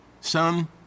Son